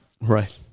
Right